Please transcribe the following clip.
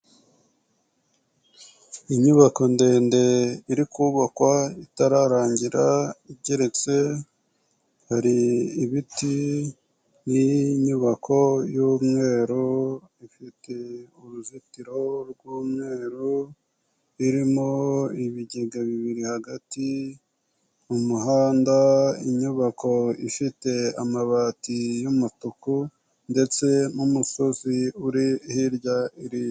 Inyubako ndende iri kubakwa itararangira igeretse, hari ibiti n'inyubako y'umweru ifite uruzitiro rw'umweru, irimo ibigega bibiri hagati mu muhanda .Inyubako ifite amabati y'umutuku ndetse n'umusozi uri hirya iriya.